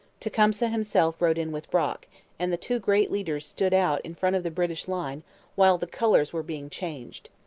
tecumseh himself rode in with brock and the two great leaders stood out in front of the british line while the colours were being changed.